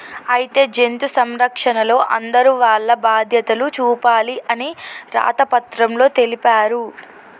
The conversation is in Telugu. అయితే జంతు సంరక్షణలో అందరూ వాల్ల బాధ్యతలు చూపాలి అని రాత పత్రంలో తెలిపారు